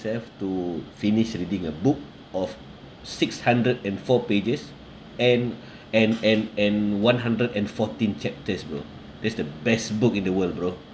to finish reading a book of six-hundred-and-four pages and and and and one-hundred-and-fourteen chapters bro that's the best book in the world bro